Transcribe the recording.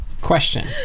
Question